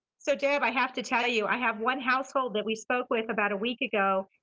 so deb, i have to tell you. i have one household that we spoke with about a week ago.